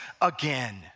again